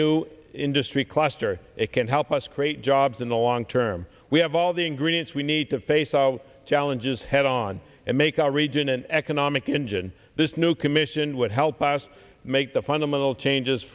new industry cluster it can help us create jobs in the long term we have all the ingredients we need to face out challenges head on and make our region an economic engine this new commission would help us make the fundamental changes